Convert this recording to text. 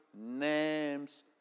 name's